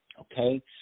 Okay